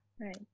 Right